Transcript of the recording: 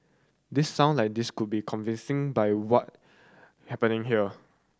this sound like this could be convincing by what happening here